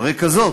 על רקע זאת,